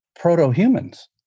Proto-humans